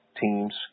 teams